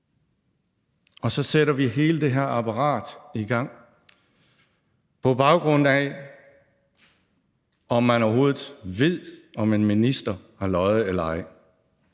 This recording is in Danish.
og så sætter vi hele det her apparat i gang på en baggrund, uanset om man overhovedet ved, om en minister har løjet eller ej,